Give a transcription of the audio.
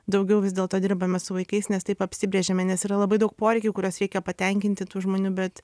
daugiau vis dėlto dirbame su vaikais nes taip apsibrėžėme nes yra labai daug poreikių kuriuos reikia patenkinti tų žmonių bet